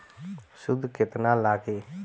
सूद केतना लागी?